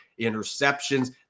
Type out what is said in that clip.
interceptions